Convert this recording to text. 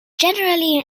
generally